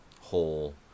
whole